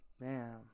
Bam